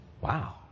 Wow